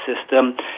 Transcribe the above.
system